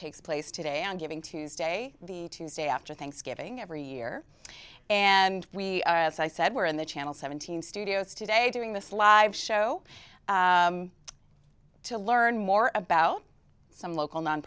takes place today on giving tuesday the tuesday after thanksgiving every year and we are as i said were in the channel seven hundred studios today doing this live show to learn more about some local